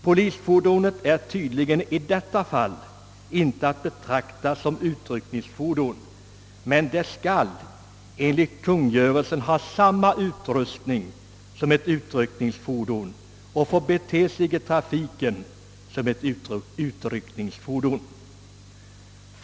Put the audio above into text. Polisfordonet är tydligen i detta fall inte att betrakta som utryckningsfordon, men det skall enligt kungörelsen ha samma utrustning som ett utryckningsfordon och få bete sig i trafiken som ett sådant.